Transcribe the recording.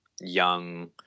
young